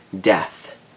death